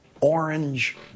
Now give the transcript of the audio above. Orange